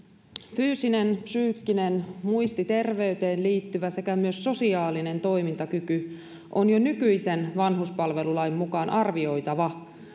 fyysinen psyykkinen muistiterveyteen liittyvä sekä myös sosiaalinen toimintakyky on jo nykyisen vanhuspalvelulain mukaan arvioitava